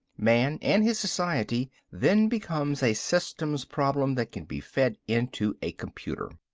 man and his society then becomes a systems problem that can be fed into a computer.